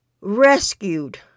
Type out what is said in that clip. rescued